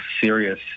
serious